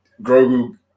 Grogu